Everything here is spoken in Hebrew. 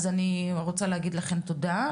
אז אני רוצה להגיד לכן תודה,